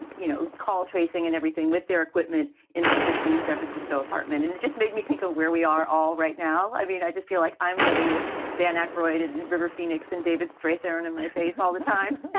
you know, call tracing and everything with their equipment in her pristine san francisco apartment. and it just made me think of where we are all right now. i mean, i just feel like i'm living with dan aykroyd in river phoenix and david straight there and in my face all the time